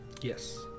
Yes